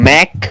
Mac